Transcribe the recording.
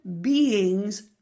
beings